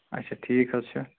اچھا ٹھیٖک حظ چھِ